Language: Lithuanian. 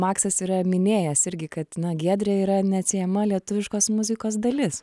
maksas yra minėjęs irgi kad na giedrė yra neatsiejama lietuviškos muzikos dalis